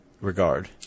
regard